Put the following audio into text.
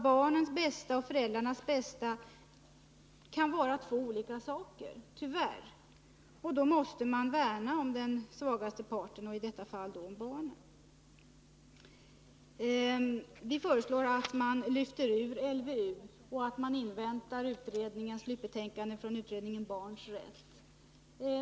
Barnens bästa och föräldrarnas bästa kan tyvärr vara två olika saker, och då måste man värna om den svagaste parten — i detta fall barnen.